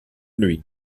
lui